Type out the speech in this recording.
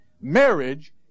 marriage